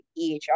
EHR